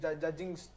judging